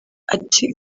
ati